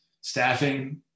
staffing